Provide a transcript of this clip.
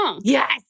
Yes